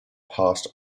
passed